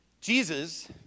Jesus